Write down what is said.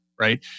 right